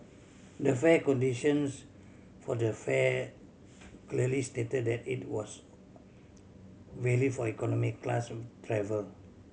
the fare conditions for the fare clearly stated that it was valid for economy class travel